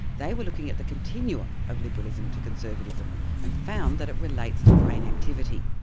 they were looking at the continuum of liberalism to conservatism and found that it relates to brain activity,